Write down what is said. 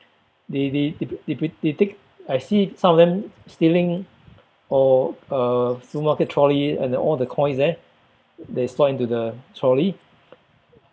they they they p~ they p~ they pick I see some of them stealing or uh supermarket trolley and uh all the coins that you slot into the trolley